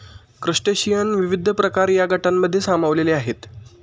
क्रस्टेशियनचे विविध प्रकार या गटांमध्ये सामावलेले आहेत